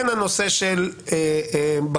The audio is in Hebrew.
הנושא של בקרה,